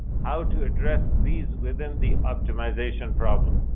how to address these within the optimization problem?